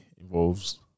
involves